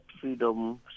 Freedom